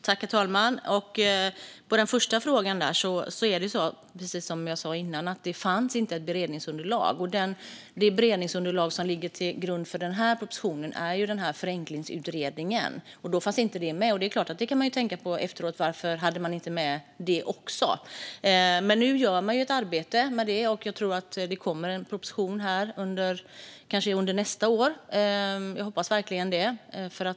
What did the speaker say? Herr talman! På den första frågan gäller precis det som jag sa innan, nämligen att det inte fanns något beredningsunderlag. Det beredningsunderlag som ligger till grund för denna proposition är Förenklingsutredningens betänkande, och i den fanns detta inte med. Man kan såklart i efterhand fundera över varför inte också detta fanns med. Nu görs dock ett arbete här, och jag tror att det kommer en proposition under nästa år. Jag hoppas verkligen det.